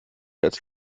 als